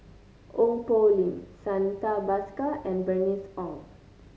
Ong Poh Lim Santha Bhaskar and Bernice Ong